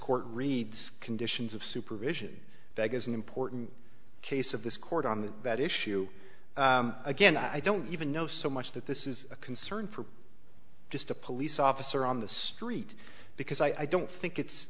court reads conditions of supervision that is an important case of this court on that issue again i don't even know so much that this is a concern for just a police officer on the street because i don't think it's